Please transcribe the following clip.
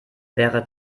wäre